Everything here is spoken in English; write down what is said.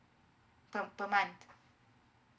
per per month